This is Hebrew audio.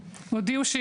יש את גלישת פלמחים,